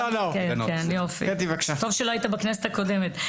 טוב שלא היית בכנסת הקודמת.